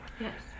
Yes